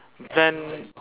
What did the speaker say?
we plan